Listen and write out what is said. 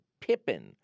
Pippin